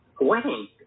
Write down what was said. wedding